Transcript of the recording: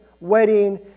wedding